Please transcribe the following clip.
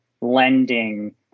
lending